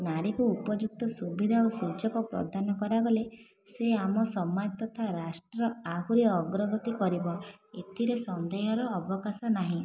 ନାରୀକୁ ଉପଯୁକ୍ତ ସୁବିଧା ଓ ସୁଯୋଗ ପ୍ରଦାନ କରାଗଲେ ସେ ଆମ ସମାଜ ତଥା ରାଷ୍ଟ୍ର ଆହୁରି ଅଗ୍ରଗତି କରିବ ଏଥିରେ ସନ୍ଦେହର ଅବକାଶ ନାହିଁ